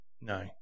no